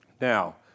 Now